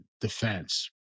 defense